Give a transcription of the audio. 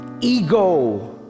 ego